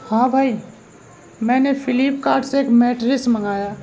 ہاں بھائی میں نے فلپکارٹ سے ایک میٹرس منگایا